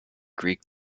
greek